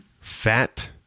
Fat